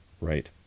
Right